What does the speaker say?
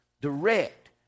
direct